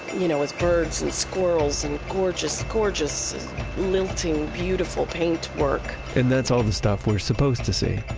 you know, with birds and squirrels and gorgeous, gorgeous lilting, beautiful paintwork and that's all the stuff we're supposed to see.